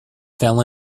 fell